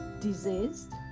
diseased